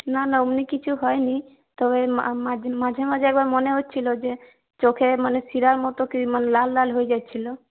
না না ওমনি কিছু হয়নি তবে মাঝ মাঝেমাঝে একবার মনে হচ্ছিল যে চোখে মানে শিরার মতো কী মানে লাল লাল হয়ে যাচ্ছিল